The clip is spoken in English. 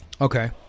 Okay